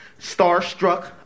Starstruck